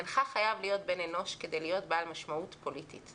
אינך חייב להיות בן אנוש כדי להיות בעל משמעות פוליטית.